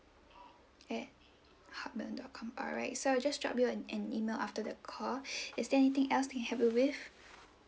at hotmail dot com alright so I'll just drop you an an email after the call is there anything else that I can help you with